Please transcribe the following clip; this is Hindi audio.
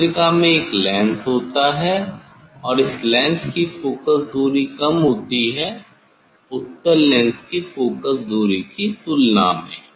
नेत्रिका में एक लेंस होता है इस लेंस की फोकस दूरी कम होती है उत्तल लेंस की फोकस दूरी की तुलना में